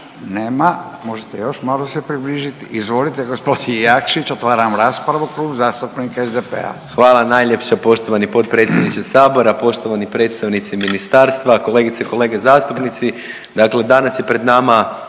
Nema. Možete još malo se približit. Izvolite gospodin Jakšić. Otvaram raspravu, Klub zastupnika SDP-a.